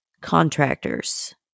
Contractors